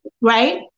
right